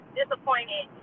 disappointed